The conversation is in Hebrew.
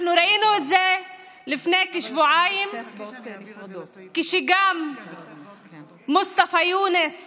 אנחנו ראינו את זה לפני כשבועיים כשגם מוסטפא יונס